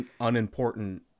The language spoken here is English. unimportant